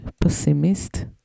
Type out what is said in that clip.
pessimist